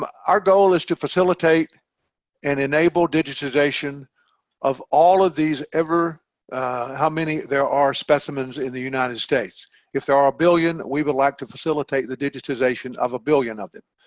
but our goal is to facilitate and enable digitization of all of these ever how many there are specimens in the united states if there are a billion we would like to facilitate the digitization of a billion of them.